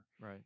Right